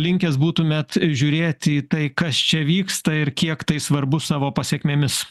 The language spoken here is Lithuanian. linkęs būtumėt žiūrėti į tai kas čia vyksta ir kiek tai svarbus savo pasekmėmis